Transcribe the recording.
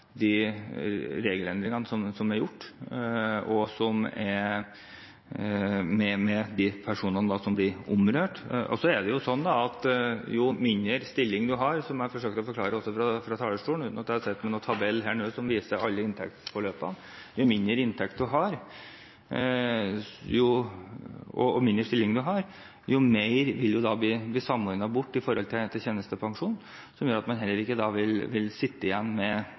de regelendringene som er gjort, og med de personene som da blir berørt. Så er det sånn – som jeg også forsøkte å forklare fra talerstolen, uten at jeg står med noen tabell her nå som viser alle inntektsforløpene – at jo mindre inntekt og stilling en har, jo mer vil bli samordnet bort når det gjelder tjenestepensjon, som gjør at man heller ikke vil sitte igjen med